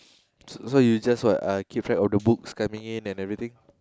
so you you just what keep track of the books coming in and everything